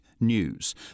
news